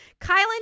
Kylan